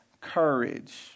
courage